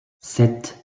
sept